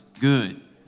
good